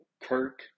Kirk